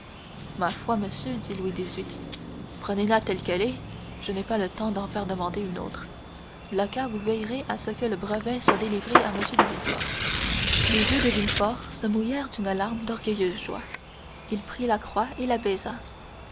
ma foi monsieur dit louis xviii prenez-la telle qu'elle est je n'ai pas le temps d'en faire demander une autre blacas vous veillerez à ce que le brevet soit délivré à m de villefort les yeux de villefort se mouillèrent d'une larme d'orgueilleuse joie il prit la croix et